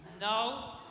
no